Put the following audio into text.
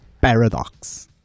Paradox